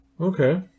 Okay